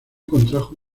contrajo